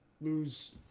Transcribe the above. lose